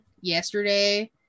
yesterday